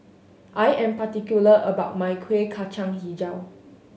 I am particular about my Kueh Kacang Hijau